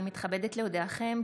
הינני מתכבדת להודיעכם,